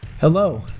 Hello